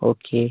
okay